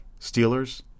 Steelers